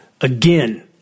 again